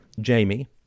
Jamie